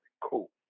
Cool